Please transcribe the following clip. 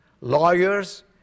lawyers